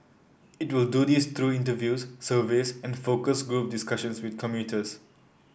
it will do this through interviews surveys and focus group discussions with commuters